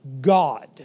God